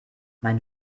mein